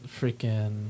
freaking